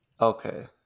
okay